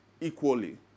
equally